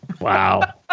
Wow